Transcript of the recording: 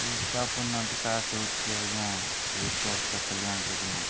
ଗୁରୁତ୍ୱପୂର୍ଣ୍ଣ ବିକାଶ ହଉଛି ଆଜ୍ଞା ବିଜୁ ସ୍ୱାସ୍ଥ୍ୟ କଲ୍ୟାଣ ଯୋଜନା